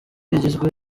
rigizwe